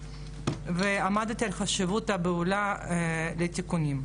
ועמדתי על החשיבות הבהולה לתיקונים.